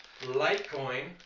Litecoin